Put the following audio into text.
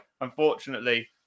unfortunately